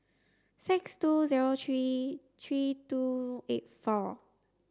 six two zero three three two eight four